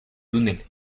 túnel